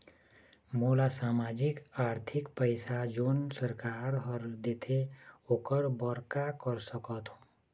मोला सामाजिक आरथिक पैसा जोन सरकार हर देथे ओकर बर का कर सकत हो?